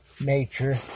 nature